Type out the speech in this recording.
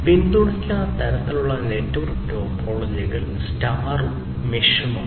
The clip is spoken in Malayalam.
പിന്തുണയ്ക്കുന്ന തരത്തിലുള്ള നെറ്റ്വർക്ക് ടോപ്പോളജികൾ സ്റ്റാറും മെഷുമാണ്